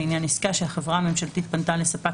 לעניין עסקה שהחברה הממשלתית פנתה לספק